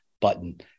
button